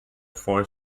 four